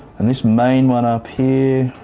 and this main one up here